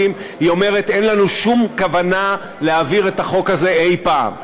אומרת: אין לנו שום כוונה להעביר את החוק הזה אי-פעם.